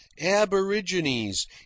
aborigines